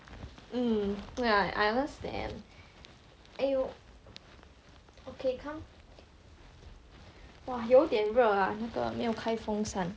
mm 对 I understand eh okay come !wah! 有点热 ah 那个没有开风扇